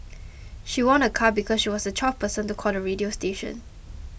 she won a car because she was the twelfth person to call the radio station